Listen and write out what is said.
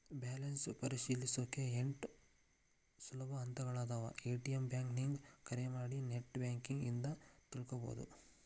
balance ಪರಿಶೇಲಿಸೊಕಾ ಎಂಟ್ ಸುಲಭ ಹಂತಗಳಾದವ ಎ.ಟಿ.ಎಂ ಬ್ಯಾಂಕಿಂಗ್ ಕರೆ ಮಾಡಿ ನೆಟ್ ಬ್ಯಾಂಕಿಂಗ್ ಇಂದ ತಿಳ್ಕೋಬೋದು